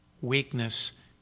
Weakness